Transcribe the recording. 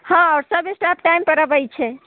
हँ आओर सब स्टाफ टाइमपर अबै छै